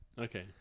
Okay